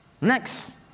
Next